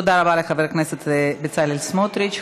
תודה רבה לחבר הכנסת בצלאל סמוטריץ.